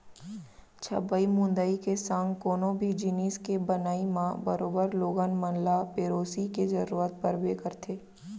छबई मुंदई के संग कोनो भी जिनिस के बनई म बरोबर लोगन मन ल पेरोसी के जरूरत परबे करथे